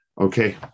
Okay